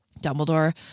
Dumbledore